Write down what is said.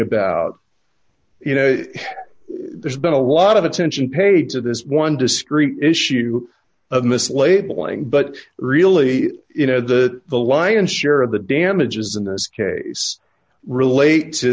about you know there's been a lot of attention paid to this one discrete issue of mislabeling but really you know that the lion's share of the damages in this case relate to